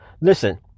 Listen